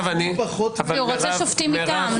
הוא רוצה שופטים מטעם.